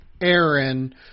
Aaron